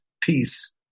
peace